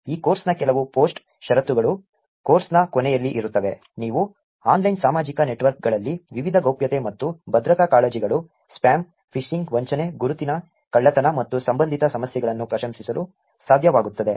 ಈ ಕೋರ್ಸ್ನ ಕೆಲವು ಪೋಸ್ಟ್ ಷರತ್ತುಗಳು ಕೋರ್ಸ್ನ ಕೊನೆಯಲ್ಲಿ ಇರುತ್ತವೆ ನೀವು ಆನ್ಲೈನ್ ಸಾಮಾಜಿಕ ನೆಟ್ವರ್ಕ್ಗಳಲ್ಲಿ ವಿವಿಧ ಗೌಪ್ಯತೆ ಮತ್ತು ಭದ್ರತಾ ಕಾಳಜಿಗಳು ಸ್ಪ್ಯಾಮ್ ಫಿಶಿಂಗ್ ವಂಚನೆ ಗುರುತಿನ ಕಳ್ಳತನ ಮತ್ತು ಸಂಬಂಧಿತ ಸಮಸ್ಯೆಗಳನ್ನು ಪ್ರಶಂಸಿಸಲು ಸಾಧ್ಯವಾಗುತ್ತದೆ